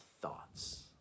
thoughts